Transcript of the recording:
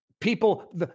People